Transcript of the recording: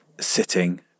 sitting